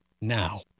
now